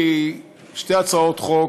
כי שתי הצעות חוק,